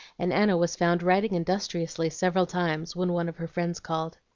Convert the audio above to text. and anna was found writing industriously several times when one of her friends called.